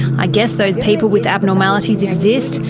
i guess those people with abnormalities exist,